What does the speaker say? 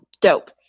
dope